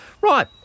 Right